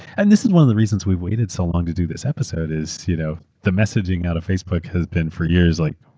and this is one of the reasons we waited so long to do this episode, is you know the messaging out of facebook has been for years like,